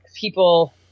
people